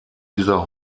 dieser